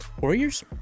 Warriors